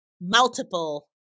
multiple